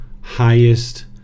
highest